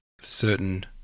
certain